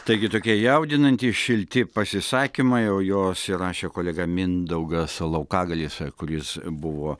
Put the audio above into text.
taigi tokie jaudinantys šilti pasisakymai o jos ir rašė kolega mindaugas laukagalis ir kuris buvo